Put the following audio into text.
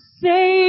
say